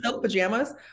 pajamas